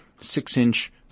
Six-inch